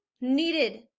needed